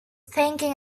thinking